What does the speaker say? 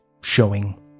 showing